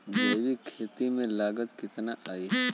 जैविक खेती में लागत कितना आई?